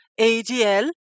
ADL